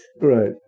Right